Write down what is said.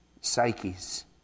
psyches